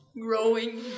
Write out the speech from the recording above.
growing